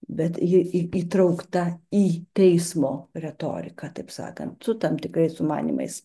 bet ji į įtraukta į teismo retoriką taip sakant su tam tikrais sumanymais